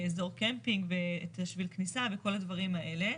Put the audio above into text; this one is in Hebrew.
אזור קמפינג ושביל כניסה וכל הדברים האלה.